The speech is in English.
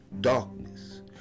darkness